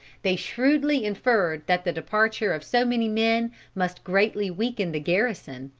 they shrewdly inferred that the departure of so many men must greatly weaken the garrison,